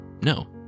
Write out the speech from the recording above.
no